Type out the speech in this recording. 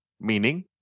meaning